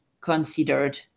considered